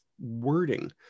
wording